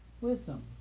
Wisdom